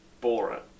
Bora